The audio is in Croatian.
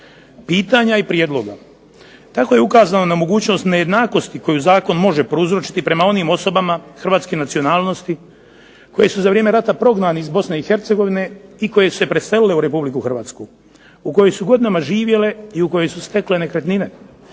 pitanja i prijedloga. Tako je ukazano na mogućnost nejednakosti koju zakon može prouzročiti prema onim osobama hrvatske nacionalnosti koji su za vrijeme rata prognani iz Bosne i Hercegovine i koji su se preselili u Republiku Hrvatsku u kojoj su godinama živjele i u kojoj su stekle nekretnine.